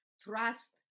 trust